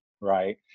right